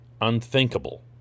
unthinkable